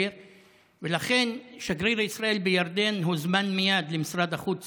לכן שגריר ישראל בירדן הוזמן מייד למשרד החוץ